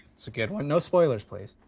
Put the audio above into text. it's a good one, no spoilers please.